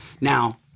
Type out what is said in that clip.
Now